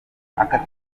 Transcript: amagara